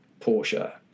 Porsche